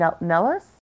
Nellis